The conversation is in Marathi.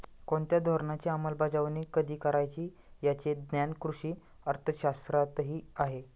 कोणत्या धोरणाची अंमलबजावणी कधी करायची याचे ज्ञान कृषी अर्थशास्त्रातही आहे